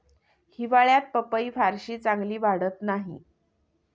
हिवाळ्यात पपई फारशी चांगली वाढत नाही